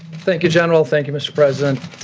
thank you, general. thank you, mr. president.